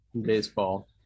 baseball